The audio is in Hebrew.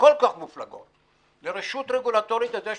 כל כך מופלגות לרשות רגולטורית איזושהי